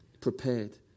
prepared